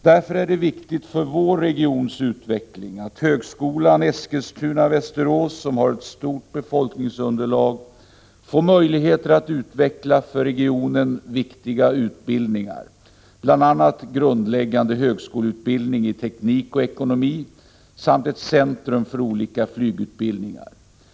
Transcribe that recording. Därför är det viktigt för vår regions utveckling att högskolan Eskilstuna/ Västerås, som har ett stort befolkningsunderlag, får möjligheter att utveckla för regionen viktiga utbildningar, bl.a. grundläggande högskoleutbildning i teknik och ekonomi samt ett centrum för olika flygutbildningar.